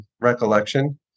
recollection